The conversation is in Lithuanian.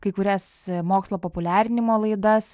kai kurias mokslo populiarinimo laidas